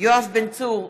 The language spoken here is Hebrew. יואב בן צור,